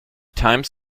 times